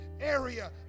area